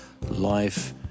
life